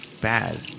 bad